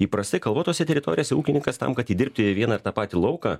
įprastai kalvotose teritorijose ūkininkas tam kad įdirbti vieną ir tą patį lauką